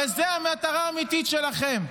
זו המטרה האמיתית שלכם.